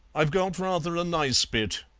i've got rather a nice bit,